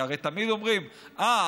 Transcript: כי הרי תמיד אומרים: אה,